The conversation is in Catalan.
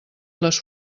les